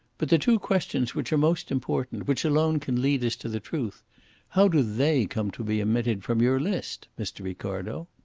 but the two questions which are most important, which alone can lead us to the truth how do they come to be omitted from your list, mr. ricardo?